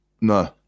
No